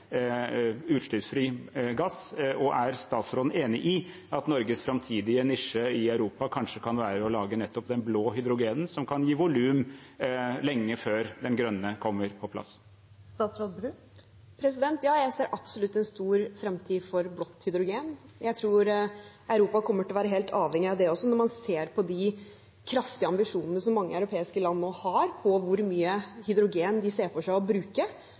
at Norges framtidige nisje i Europa kanskje kan være å lage nettopp det blå hydrogenet, som kan gi volum lenge før det grønne kommer på plass? Ja, jeg ser absolutt en stor framtid for blått hydrogen. Jeg tror Europa kommer til å være helt avhengig av det. Også når man ser på de kraftige ambisjonene som mange europeiske land nå har for hvor mye hydrogen de ser for seg å bruke,